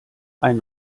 ein